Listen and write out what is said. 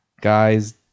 guys